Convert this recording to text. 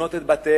לבנות את בתיהם,